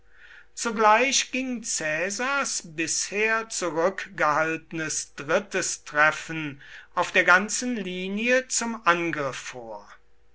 zugleich ging caesars bisher zurückgehaltenes drittes treffen auf der ganzen linie zum angriff vor